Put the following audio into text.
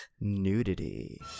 nudity